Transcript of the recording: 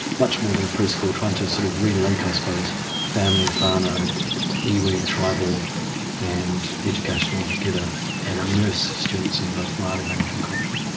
much more than a preschool, trying to sort of re-link i suppose family whanau, ah iwi tribal and education all together and immerse students in both maori language and culture.